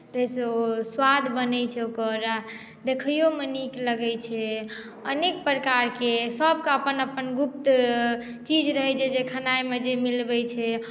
तऽ ओहिसँ स्वाद बनैत छै ओकर आ देखैयोमे नीक लगैत छै अनेक प्रकारके सभके अपन अपन गुप्त चीज रहैत छै जे खेनाइमे जे मिलबैत छै